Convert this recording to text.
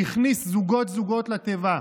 שהכניס זוגות-זוגות לתיבה,